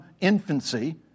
infancy